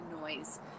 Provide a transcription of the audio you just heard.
noise